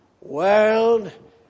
world